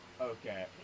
Okay